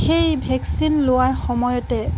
সেই ভেকচিন লোৱাৰ সময়তে